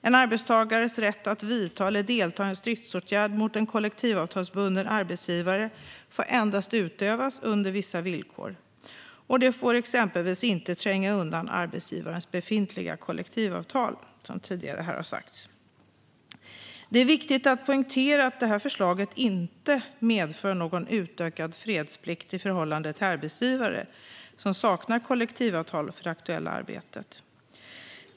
En arbetstagares rätt att vidta eller delta i en stridsåtgärd mot en kollektivavtalsbunden arbetsgivare får endast utövas under vissa villkor. Det får exempelvis inte tränga undan arbetsgivarens befintliga kollektivavtal, som tidigare sagts. Det är viktigt att poängtera att förslaget inte medför någon utökad fredsplikt i förhållande till arbetsgivare som saknar kollektivavtal för det aktuella arbetet.